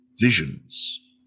visions